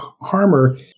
Harmer